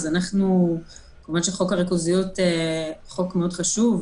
מכיוון שחוק הריכוזיות הוא חוק חשוב מאוד,